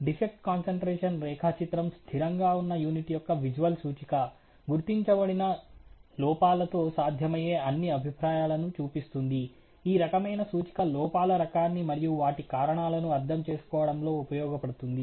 defect concentration రేఖాచిత్రం స్థిరంగా ఉన్న యూనిట్ యొక్క విజువల్ సూచిక గుర్తించబడిన లోపాలతో సాధ్యమయ్యే అన్ని అభిప్రాయాలను చూపిస్తుంది ఈ రకమైన సూచిక లోపాల రకాన్ని మరియు వాటి కారణాలను అర్థం చేసుకోవడంలో ఉపయోగపడుతుంది